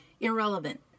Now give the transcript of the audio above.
irrelevant